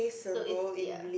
so it's ya